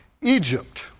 Egypt